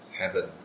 heaven